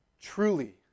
truly